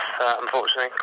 unfortunately